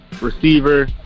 receiver